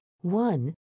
one